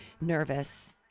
nervous